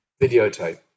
Videotape